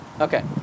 Okay